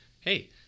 hey